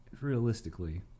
realistically